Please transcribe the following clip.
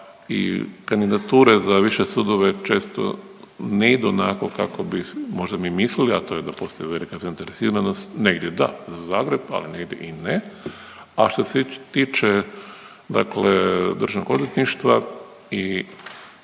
da kandidature za više sudove često ne idu onako kako bi možda mi mislili, a to je da postoji velika zainteresiranost. Negdje da, za Zagreb, ali negdje i ne. A što se tiče dakle Državnog odvjetništva i